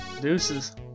Deuces